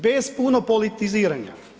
Bez puno politiziranja.